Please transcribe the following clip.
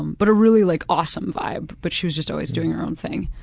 um but a really like awesome vibe, but she was just always doing her own thing.